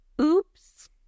Oops